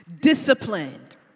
Disciplined